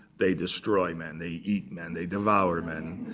they destroy men. they eat men. they devour men.